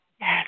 Yes